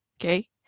okay